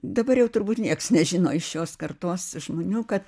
dabar jau turbūt nieks nežino iš šios kartos žmonių kad